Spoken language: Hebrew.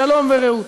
שלום ורעות.